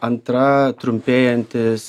antra trumpėjantis